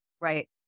Right